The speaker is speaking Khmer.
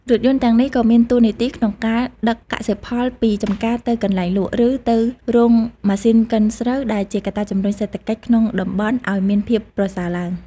រថយន្តទាំងនេះក៏មានតួនាទីក្នុងការដឹកកសិផលពីចម្ការទៅកន្លែងលក់ ឬទៅរោងម៉ាស៊ីនកិនស្រូវ ដែលជាកត្តាជំរុញសេដ្ឋកិច្ចក្នុងតំបន់ឱ្យមានភាពប្រសើរឡើង។